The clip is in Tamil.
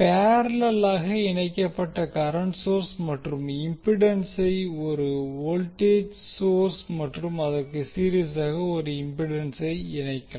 பேரலெல்லாக இணைக்கப்பட்ட கரண்ட் சோர்ஸ் மற்றும் இம்பிடன்சை ஒரு வோல்டேஜ் சோர்ஸ் மற்றும் அதற்கு சீரிஸாக ஒரு இம்பிடென்ஸை இணைக்கலாம்